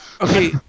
Okay